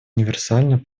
универсально